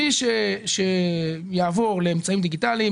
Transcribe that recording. מי שיעבור לאמצעים דיגיטליים,